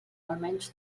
almenys